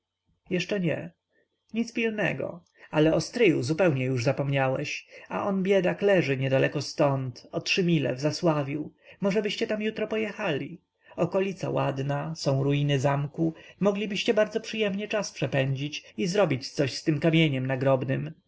jeszcze nie nic pilnego ale o stryju zupełnie już zapomniałeś a on biedak leży niedaleko ztąd o trzy mile w zasławiu możebyście tam jutro pojechali okolica ładna są ruiny zamku moglibyście bardzo przyjemnie czas przepędzić i zrobić coś z tym kamieniem nagrobnym